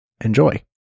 Enjoy